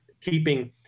keeping